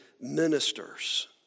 ministers